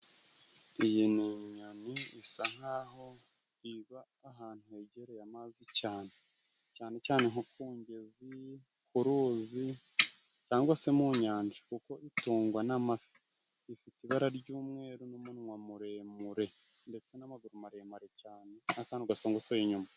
Iyi ni inyoni isa nk'aho iba ahantu hegereye amazi cane. Cane cane nko ku ngezi, ku ruzi cangwa se mu nyanja. Kuko itungwa n'amafi. Ifite ibara ry'umweru n'umunwa muremure. Ndetse n'amaguru maremare cane n'akantu gasongosoye inyuma.